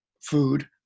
food